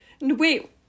Wait